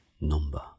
number